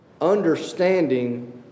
understanding